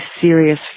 serious